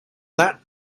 that